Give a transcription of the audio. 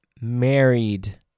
married